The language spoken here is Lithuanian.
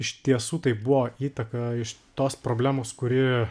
iš tiesų tai buvo įtaka iš tos problemos kuri